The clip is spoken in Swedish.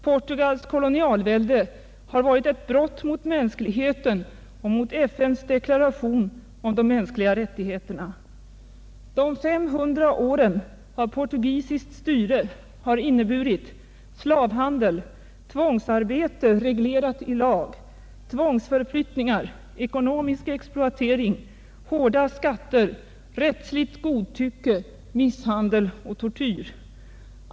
Portugals kolonialvälde har varit ett brott mot mänskligheten och mot FN:s deklaration om de mänskliga rättigheterna. De 500 åren av portugisiskt styre har inneburit slavhandel, tvångsarbete reglerat i lag, tvångsförflyttningar, ekonomisk exploatering, hårda skatter, rättsligt godtycke, misshandel och tortyr.